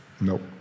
Nope